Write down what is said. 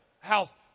house